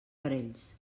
parells